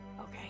Okay